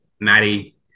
Maddie